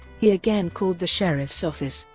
he again called the sheriff's office,